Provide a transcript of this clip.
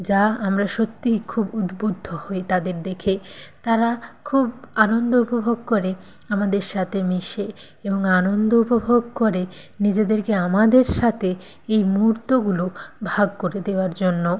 যা আমরা সত্যি খুব উদ্বুদ্ধ হই তাদের দেখে তারা খুব আনন্দ উপভোগ করে আমাদের সাথে মেশে এবং আনন্দ উপভোগ করে নিজেদেরকে আমাদের সাথে এই মুহুর্তগুলো ভাগ করে দেওয়ার জন্য